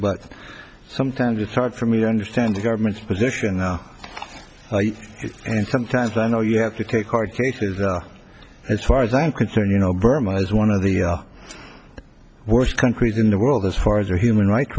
but sometimes it's hard for me to understand the government's position and sometimes i know you have to take hard cases as far as i'm concerned you know burma is one of the worst countries in the world as far as their human rights